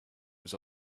was